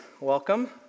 Welcome